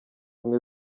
umwe